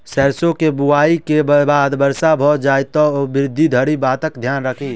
सैरसो केँ बुआई केँ बाद वर्षा भऽ जाय तऽ ओकर वृद्धि धरि की बातक ध्यान राखि?